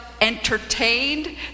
entertained